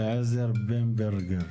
אלעזר במברגר.